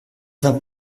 vas